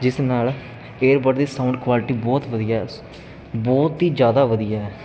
ਜਿਸ ਨਾਲ ਏਅਰਬਡ ਦੀ ਸਾਊਂਡ ਕੁਆਲਿਟੀ ਬਹੁਤ ਵਧੀਆ ਬਹੁਤ ਹੀ ਜ਼ਿਆਦਾ ਵਧੀਆ